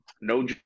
No